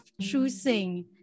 choosing